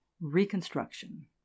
Reconstruction